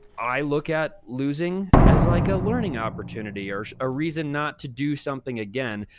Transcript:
i look at losing as, like, a learning opportunity or a reason not to do something again.